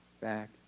back